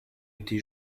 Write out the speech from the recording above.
été